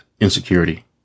insecurity